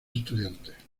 estudiantes